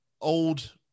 old